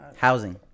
Housing